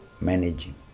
managing